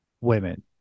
women